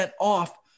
off